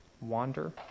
Wander